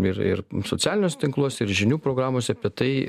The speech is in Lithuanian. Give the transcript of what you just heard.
ir ir socialiniuose tinkluose ir žinių programose apie tai